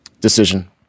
Decision